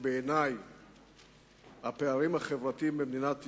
שבעיני הפערים החברתיים במדינת ישראל,